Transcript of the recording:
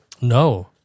No